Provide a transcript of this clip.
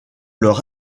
leur